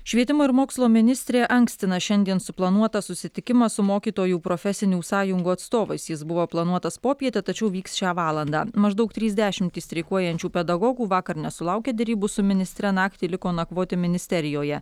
švietimo ir mokslo ministrė ankstina šiandien suplanuotą susitikimą su mokytojų profesinių sąjungų atstovais jis buvo planuotas popietę tačiau vyks šią valandą maždaug trys dešimtys streikuojančių pedagogų vakar nesulaukę derybų su ministre naktį liko nakvoti ministerijoje